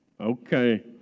Okay